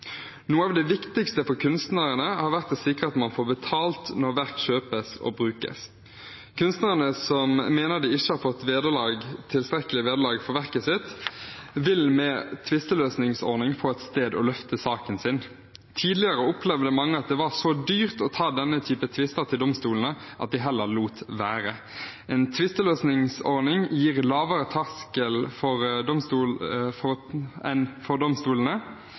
Noe av det viktigste for kunstnerne har vært å sikre at man får betalt når verk kjøpes og brukes. Kunstnerne som mener de ikke har fått tilstrekkelig vederlag for verket sitt, vil med tvisteløsningsordning få et sted å løfte saken sin. Tidligere opplevde mange at det var så dyrt å ta denne typen tvister til domstolene, at de heller lot være. En tvisteløsningsordning gir lavere terskel enn domstolene, fordi det ikke innebærer så stor økonomisk risiko. Forhåpentligvis vil dette bety at flere kunstnere tør å